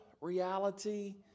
reality